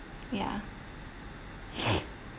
ya